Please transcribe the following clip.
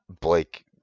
Blake